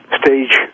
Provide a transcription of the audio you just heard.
stage